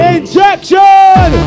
Injection